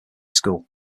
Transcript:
school